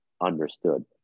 understood